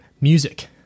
music